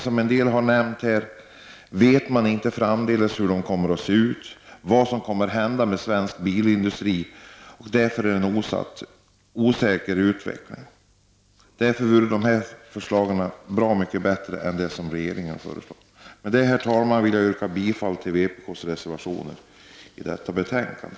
Vi vet inte hurudan utvecklingen kommer att bli, vad som kommer att hända inom svensk bilindustri, och därför är osäkerheten stor. Därför är våra förslag bra mycket bättre än regeringens. Herr talman! Med detta yrkar jag bifall till vpk:s reservation till detta betänkande.